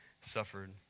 suffered